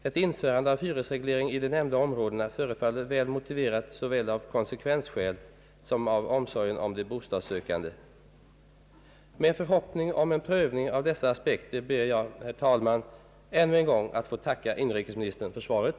Ett införande av hyresreglering i de nämnda områdena förefaller väl motiverat, såväl av konsekvensskäl som av omsorgen om de bostadssökande. Med förhoppning om prövning av dessa aspekter ber jag, herr talman, ännu en gång att få tacka inrikesministern för svaret.